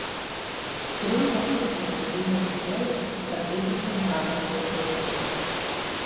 triumfo šūksniai aidėjo todėl kad baigėsi neramūs laikai